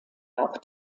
auch